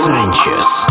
Sanchez